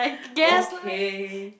okay